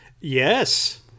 Yes